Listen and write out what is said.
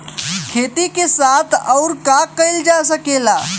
खेती के साथ अउर का कइल जा सकेला?